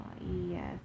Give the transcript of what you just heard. yes